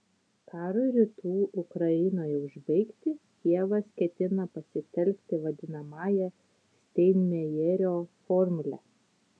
karui rytų ukrainoje užbaigti kijevas ketina pasitelkti vadinamąją steinmeierio formulę